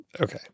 Okay